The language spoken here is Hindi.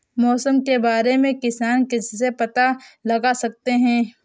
मौसम के बारे में किसान किससे पता लगा सकते हैं?